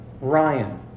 Ryan